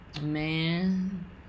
Man